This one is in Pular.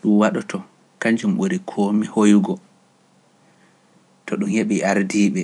ɗum waɗoto kanjum ɓuri komi hoygo to ɗum heɓi ardiiɓe